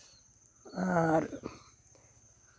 ᱟᱨ